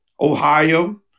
Ohio